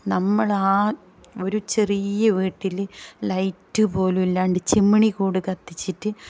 നമ്മൾ ആ ഒരു ചെറിയ വീട്ടിൽ ലൈറ്റ് പോലുമില്ലാണ്ട് ചിമ്മിണി കൂട് കത്തിച്ചിട്ട്